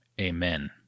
Amen